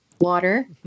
Water